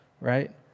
right